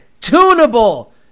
tunable